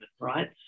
right